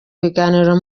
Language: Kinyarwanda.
biganiro